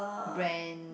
brand